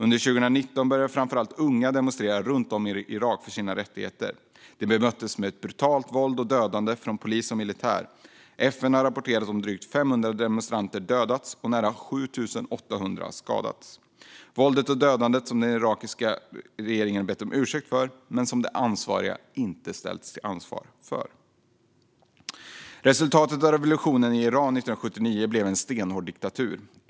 Under 2019 började framför allt unga att demonstrera runt om i Irak för sina rättigheter. De bemötes med ett brutalt våld och dödande från polis och militär. FN har rapporterat att drygt 500 demonstranter dödades och nära 7 800 skadades. Den irakiska regeringen har bett om ursäkt för våldet och dödandet, men de ansvariga har inte ställts till svars. Resultatet av revolutionen i Iran 1979 blev en stenhård diktatur.